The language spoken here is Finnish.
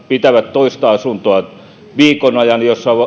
pitää toista asuntoa jos